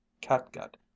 catgut